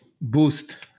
boost